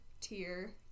tier